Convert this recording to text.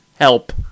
Help